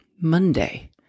Monday